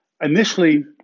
initially